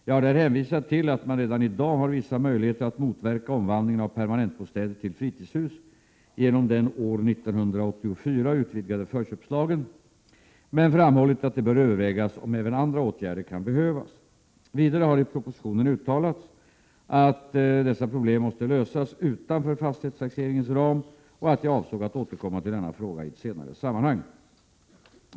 Jag har där hänvisat till att man redan i dag har vissa möjligheter att motverka omvandlingen av permanentbostäder till fritidshus genom den år 1984 utvidgade förköpslagen men framhållit att det bör övervägas om även andra åtgärder kan behövas. Vidare har i propositionen uttalats att dessa problem måste lösas utanför fastighetstaxeringens ram och att jag avsåg att återkomma till denna fråga i ett senare sammanhang.